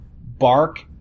bark